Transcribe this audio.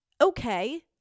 Okay